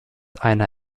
einer